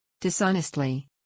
Dishonestly